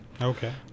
Okay